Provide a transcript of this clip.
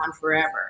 forever